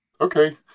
Okay